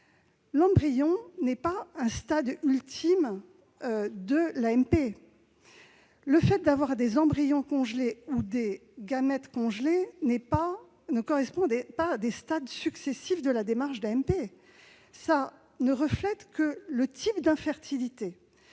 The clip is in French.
l'embryon n'est pas le stade ultime de l'AMP. Le fait d'avoir des embryons ou des gamètes congelés ne correspond pas à des stades successifs de la démarche d'AMP. Il ne reflète que le type d'infertilité.